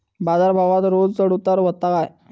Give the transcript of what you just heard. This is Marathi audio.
बाजार भावात रोज चढउतार व्हता काय?